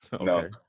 No